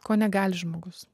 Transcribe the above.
ko negali žmogus